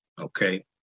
okay